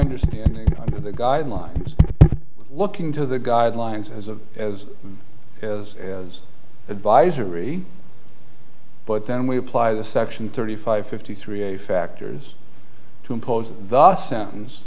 understanding of the guidelines looking to the guidelines as a as is as advisory but then we apply the section thirty five fifty three a factors to impose the sentence